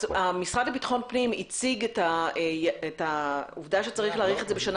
המשרד לביטחון הפנים הציג את העובדה שצריך להאריך את זה בשנה